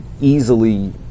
easily